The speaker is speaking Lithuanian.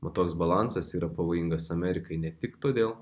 o toks balansas yra pavojingas amerikai ne tik todėl